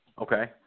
Okay